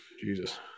jesus